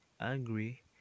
angry